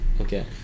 Okay